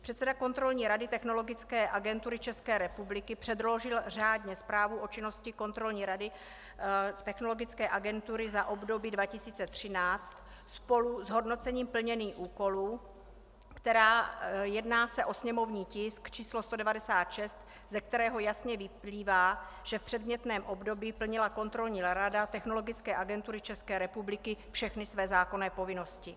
Předseda Kontrolní rady Technologické agentury České republiky předložil řádně zprávu o činnosti Kontrolní rady Technologické agentury za období 2013 spolu s hodnocením plněných úkolů, jedná se o sněmovní tisk číslo 196, ze kterého jasně vyplývá, že v předmětném období plnila Kontrolní rada Technologické agentury České republiky všechny své zákonné povinnosti.